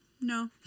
no